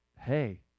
hey